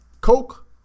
Coke